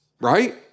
Right